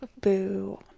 boo